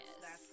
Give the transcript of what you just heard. yes